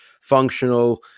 functional